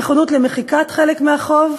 נכונות של בעלי החוב למחיקת חלק מהחוב,